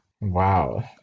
Wow